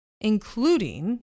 including